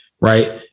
right